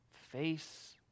face